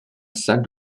salle